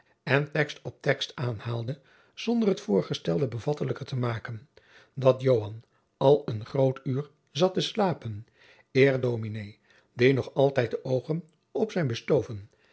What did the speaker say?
en tekst op tekst aanhaalde zonder het voorgestelde bevattelijker te maken dat joan al jacob van lennep de pleegzoon een groot uur zat te slapen eer dominé die nog altijd de oogen op zijn bestoven